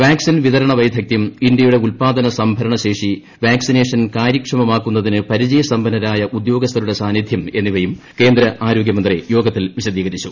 vaccine വിതരണ വൈദഗ്ധ്യം ഇന്ത്യയുടെ ഉത്പാദന സംഭരണ ശേഷി വാക്സിനേഷൻ കാര്യക്ഷമമാക്കുന്നതിന് പരിചയ സമ്പന്നരായ ഉദ്യോഗസ്ഥരുടെ സാന്നിധ്യം എന്നിവയും കേന്ദ്ര ആരോഗ്യമന്ത്രി യോഗത്തിൽ വിശദീകരിച്ചു